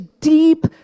deep